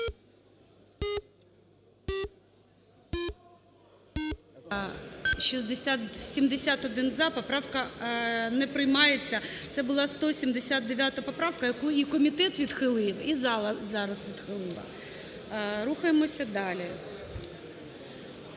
13:16:34 За-71 Поправка не приймається. Це була 179 поправка, яку і комітет відхилив, і зала зараз відхилила. Рухаємося далі.